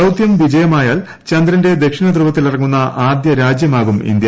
ദൌത്യം വിജയമായാൽ ചന്ദ്രന്റെ ദക്ഷിണദ്രുവത്തിലിറങ്ങുന്ന ആദ്യ രാജ്യമാകും ഇന്ത്യ